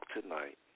tonight